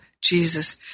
Jesus